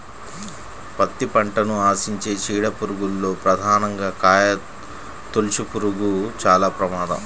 పత్తి పంటను ఆశించే చీడ పురుగుల్లో ప్రధానంగా కాయతొలుచుపురుగులు చాలా ప్రమాదం